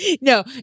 No